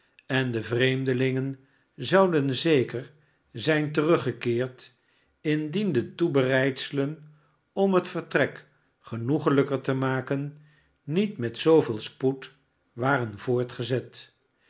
en de vreemdelingen zouden zeker zijn teruggekeerd indien de toebereidselen om het vertrek genoeglijker te maken niet met zooveel spoed waren voortgezet